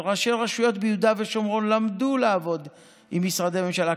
וראשי רשויות ביהודה ושומרון למדו לעבוד עם משרדי הממשלה,